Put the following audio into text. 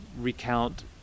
recount